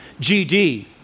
GD